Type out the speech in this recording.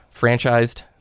franchised